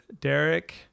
Derek